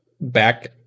back